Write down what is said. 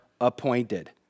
appointed